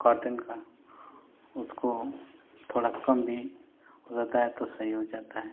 cotton का उसको थोड़ा कम भी हो जाता है तो सही हो जाता है